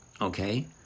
Okay